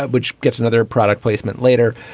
ah which gets another product placement later.